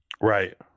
Right